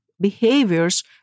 behaviors